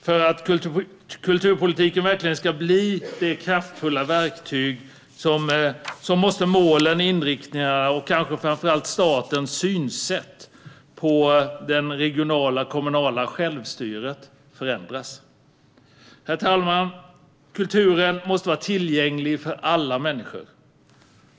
För att kulturpolitiken verkligen ska bli ett kraftfullt verktyg måste målen, inriktningarna och kanske framför allt statens synsätt på det regionala och kommunala självstyret förändras. Herr talman! Kulturen måste vara tillgänglig för alla människor.